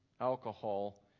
alcohol